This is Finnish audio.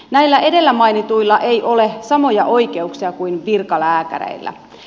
näillä edellä mainituilla ei ole samoja oikeuksia kuin virkalääkäreillä